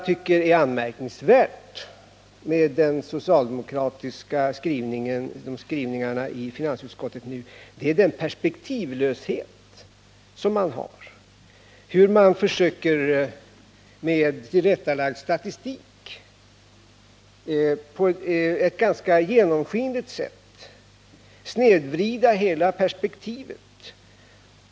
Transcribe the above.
Men det anmärkningsvärda med skrivningarna i de socialdemokratiska reservationerna till finansutskottets betänkande är deras perspektivlöshet. Man försöker på ett ganska genomskinligt sätt att med en tillrättalagd statistik snedvrida hela perspektivet.